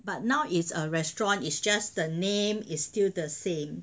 but now it's a restaurant is just the name is still the same